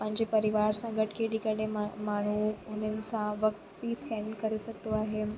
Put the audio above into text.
पंहिंजे परिवार सां गॾु खेॾी करे मा माण्हू उन्हनि सां वक़्त बि स्पेन्ड करे सघंदो आहे